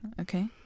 Okay